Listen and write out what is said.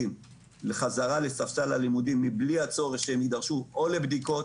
חזרה לספסל הלימודים בלי הצורך שהם יידרשו או לבדיקות,